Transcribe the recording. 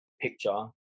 picture